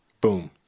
Boom